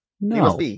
No